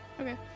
Okay